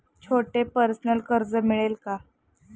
छोटे पर्सनल कर्ज मिळेल का?